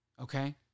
Okay